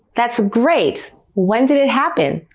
that's great! when did it happen?